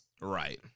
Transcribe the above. right